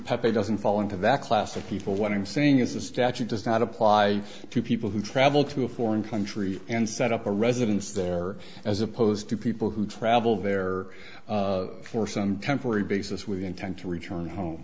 pepy doesn't fall into that class of people what i'm saying is a statute does not apply to people who travel to a foreign country and set up a residence there as opposed to people who travel there for some temporary basis we intend to return home